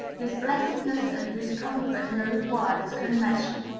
whose blessedness and whose comfort no words can measure.